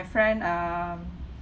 friend um